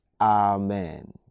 Amen